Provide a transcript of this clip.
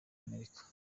amerika